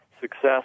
success